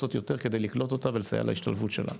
לעשות יותר כדי לקלוט אותה ולסייע להתיישבות שלה.